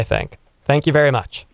i think thank you very much